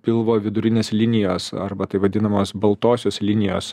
pilvo vidurinės linijos arba taip vadinamos baltosios linijos